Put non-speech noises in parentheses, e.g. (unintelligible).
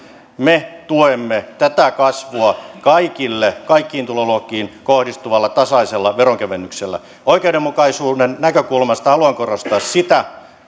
me tuemme tätä kasvua kaikille kaikkiin tuloluokkiin kohdistuvalla tasaisella veronkevennyksellä oikeudenmukaisuuden näkökulmasta haluan korostaa sitä (unintelligible)